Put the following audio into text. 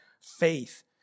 faith